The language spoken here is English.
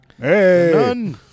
Hey